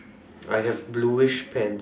I have bluish pants